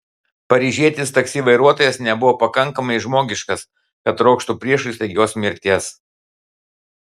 paryžietis taksi vairuotojas nebuvo pakankamai žmogiškas kad trokštų priešui staigios mirties